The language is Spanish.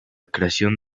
creación